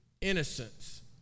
innocence